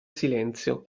silenzio